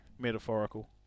metaphorical